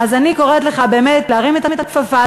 אני קוראת לך באמת להרים את הכפפה,